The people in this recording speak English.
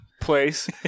place